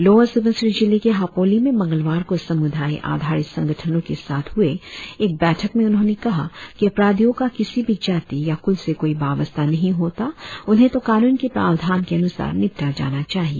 lower Subansiri जिले के हापोली में मंगलवार को समुदाय आधारित संगठनों के साथ हुए एक बैठक में उन्होंने कहा कि अपराधियों का किसी भी जाति या कुल से कोई बावस्ता नही होता उन्हें तो कानून के प्रावधान के अनुसार निपटा जाना चाहिए